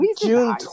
June